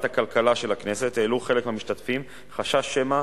הכלכלה העלו חלק מהמשתתפים חשש שמא